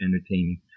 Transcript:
entertaining